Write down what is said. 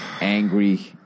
angry